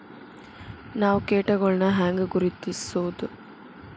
ನಾವ್ ಕೇಟಗೊಳ್ನ ಹ್ಯಾಂಗ್ ಗುರುತಿಸೋದು?